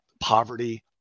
poverty